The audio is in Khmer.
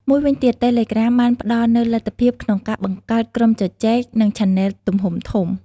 មួយវិញទៀត តេឡេក្រាមបានផ្តល់នូវលទ្ធភាពក្នុងការបង្កើត ក្រុមជជែក និងឆាណេល ទំហំធំ។